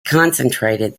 concentrated